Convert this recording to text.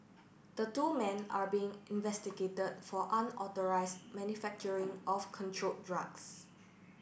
the two men are being investigated for unauthorised manufacturing of controlled drugs